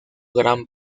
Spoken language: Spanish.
gran